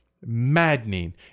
Maddening